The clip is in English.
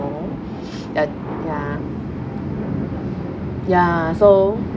ya ya ya so